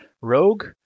Rogue